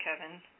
Kevin